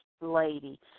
lady